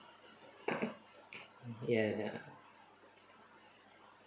ya ya